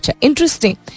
Interesting